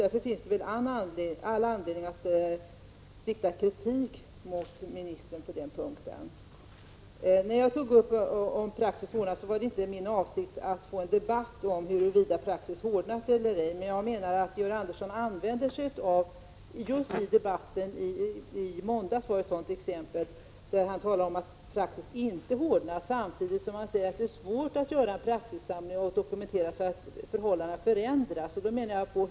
Därför finns det all anledning att rikta kritik mot ministern på den punkten. När jag tog upp praxisfrågan var inte min avsikt att få en debatt om huruvida praxis har hårdnat eller ej. I debatten i måndags fick vi ett exempel, när Georg Andersson talade om att praxis inte har hårdnat, samtidigt som han sade att det är svårt att göra en praxissamling och dokumentera därför att förhållandena förändras.